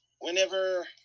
Whenever